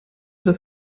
das